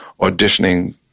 auditioning